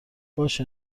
باشه